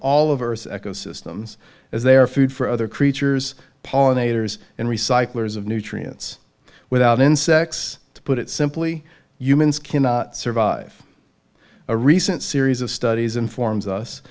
all of earth's eco systems as their food for other creatures pollinators and recyclers of nutrients without insects to put it simply humans can survive a recent series of studies informs us